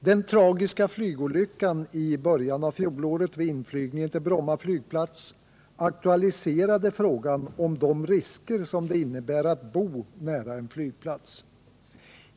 Den tragiska flygolyckan i början av fjolåret vid inflygningen till Bromma flygplats aktualiserade frågan om de risker som det innebär att bo nära en flygplats.